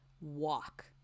walk